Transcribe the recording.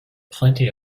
plenty